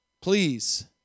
please